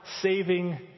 Saving